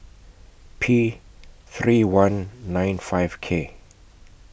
P three I nine five K